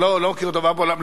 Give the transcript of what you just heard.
אני לא מכיר את הדבר בעולם,